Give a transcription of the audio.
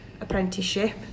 apprenticeship